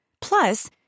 Plus